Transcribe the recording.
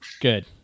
Good